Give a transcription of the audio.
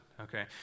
okay